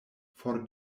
for